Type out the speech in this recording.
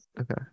okay